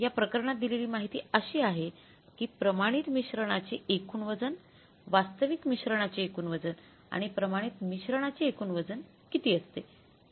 या प्रकरणात दिलेली माहिती अशी आहे की प्रमाणित मिश्रणाचे एकूण वजन वास्तविक मिश्रणाचे एकूण वजन आणि प्रमाणित मिश्रणाचे एकूण वजन किती असते